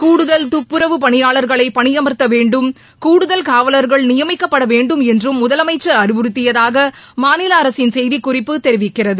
கூடுதல் துப்புறவு பணியாளர்களை பணியமர்த்த வேண்டும் கூடுதல் காவலர்கள் நியமிக்கப்பட வேண்டும் என்றும் முதலமைச்சர் அறிவுறுத்தியதாக மாநில அரசின் செய்திக்குறிப்பு தெரிவிக்கிறது